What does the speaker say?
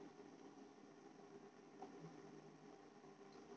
किसान करने ब्लाक से बीज क्यों लाता है?